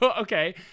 Okay